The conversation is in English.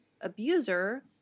abuser